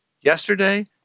Yesterday